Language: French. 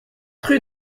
rue